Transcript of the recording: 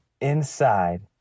inside